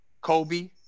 Kobe